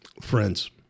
friends